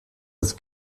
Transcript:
des